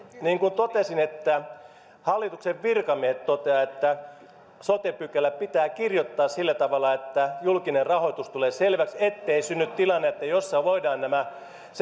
niin kuin totesin hallituksen virkamiehet toteavat että sote pykälä pitää kirjoittaa sillä tavalla että julkinen rahoitus tulee selväksi ettei synny tilannetta jossa voivat nämä